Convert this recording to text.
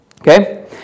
okay